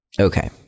Okay